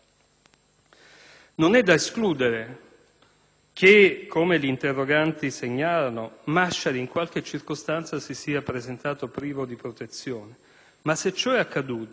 Non è da escludere che, come gli interroganti segnalano, Masciari in qualche circostanza si sia presentato privo di protezione, ma se ciò è accaduto